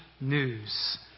news